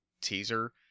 teaser